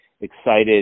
excited